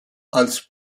als